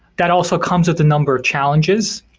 that also comes with the number of challenges.